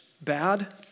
bad